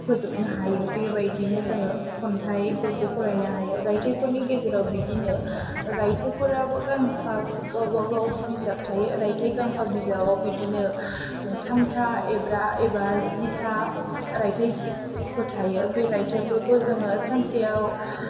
फोजोबनो हायो बेबायदिनो जोङो खन्थाइफोरखौ फरायनो हायो राइथायफोरनि गेजेराव बिदिनो रायथाइफोराबो गांफा गावबा गाव बिजाब थायो रायथाइ गांफा बिजाबाव बिदिनो जिथामथा एब्रा एबा जिथा रायथाइफोर थायो बे रायथाइफोरखौ जोङो सानसेयाव